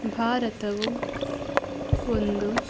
ಭಾರತವು ಒಂದು